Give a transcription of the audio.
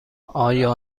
آیا